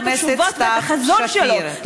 מה הסטטוס-קוו שהוא מאמין בו?